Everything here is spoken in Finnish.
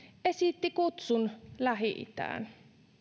esitti kutsun lähi itään